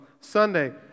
Sunday